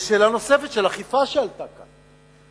יש שאלה נוספת שעלתה כאן,